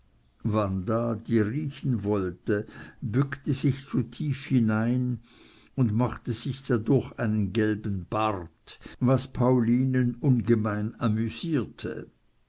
wanda die riechen wollte bückte sich zu tief hinein und machte sich dadurch einen gelben bart was paulinen ungemein amüsierte